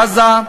בעזה,